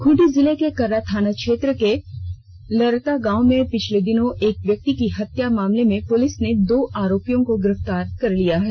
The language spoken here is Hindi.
खूंटी जिले के कर्रा थाना क्षेत्र के लरता गांव में पिछले दिनों एक व्यक्ति की हत्या मामले में पुलिस ने दो आरोपियों को गिरफ्तार कर लिया है